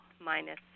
minus